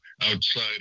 outside